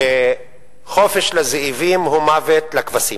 שחופש לזאבים הוא מוות לכבשים.